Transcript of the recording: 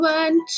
one